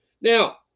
Now